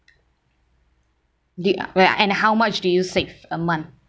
do you and how much do you save a month